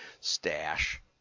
stash